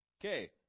Okay